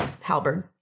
halberd